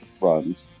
runs